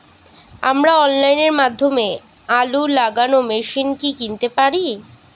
আমরা অনলাইনের মাধ্যমে আলু লাগানো মেশিন কি কিনতে পারি?